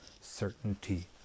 certainty